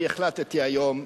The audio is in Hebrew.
אני החלטתי היום,